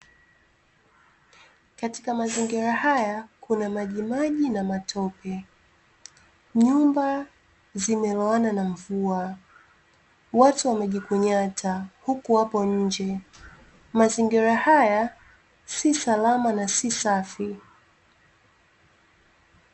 Katika mazingira haya kuna majimaji na matope. Nyumba zimeloana na mvua, watu wamejikunyata huku wapo nje. Mazingira haya si salama na si safi.